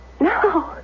No